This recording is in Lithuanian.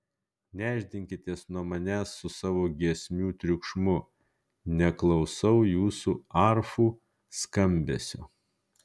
nešdinkitės nuo manęs su savo giesmių triukšmu neklausau jūsų arfų skambesio